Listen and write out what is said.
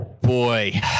boy